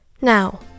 Now